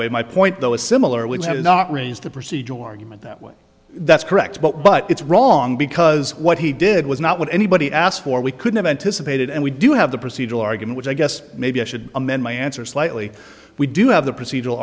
way my point though is similar we have not raised the procedural argument that way that's correct but but it's wrong because what he did was not what anybody asked for we could have anticipated and we do have the procedural argument which i guess maybe i should amend my answer slightly we do have the procedural